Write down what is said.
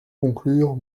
conclure